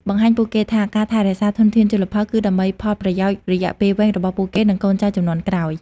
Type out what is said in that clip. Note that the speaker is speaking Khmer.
បង្ហាញពួកគេថា ការថែរក្សាធនធានជលផល គឺដើម្បីផលប្រយោជន៍រយៈពេលវែងរបស់ពួកគេ និងកូនចៅជំនាន់ក្រោយ។